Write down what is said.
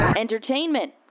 entertainment